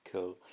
Cool